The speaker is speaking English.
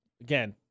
again